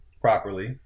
properly